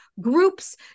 groups